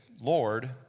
Lord